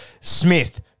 Smith